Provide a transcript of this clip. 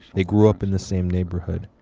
they grew up in the same neighbourhood,